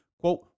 quote